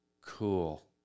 cool